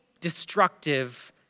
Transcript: destructive